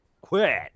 quit